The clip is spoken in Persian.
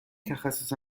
تخصص